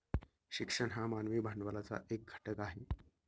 शिक्षण हा मानवी भांडवलाचा एक घटक आहे